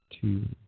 two